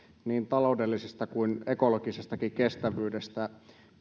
niin taloudellisesta kuin ekologisestakin kestävyydestä